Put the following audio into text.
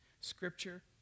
Scripture